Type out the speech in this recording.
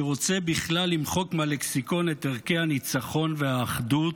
שרוצה בכלל למחוק מהלקסיקון את ערכי הניצחון והאחדות,